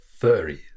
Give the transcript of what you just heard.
Furries